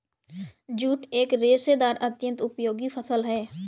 jute एक रेशेदार अत्यन्त उपयोगी फसल है